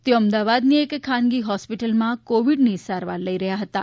તેઓ અમદાવાદની એક ખાનગી હોસ્પીટલમાં કોવિડની સારવાર લઈ રહ્યા હતાં